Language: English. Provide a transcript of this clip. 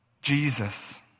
Jesus